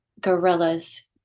gorillas